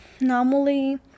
normally